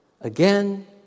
again